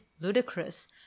ludicrous